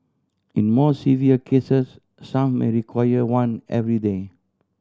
in more severe cases some may require one every day